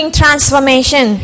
transformation